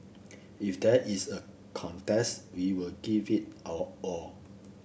if there is a contest we will give it our all